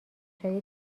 شدی